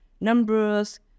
numbers